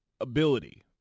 ability